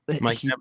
Mike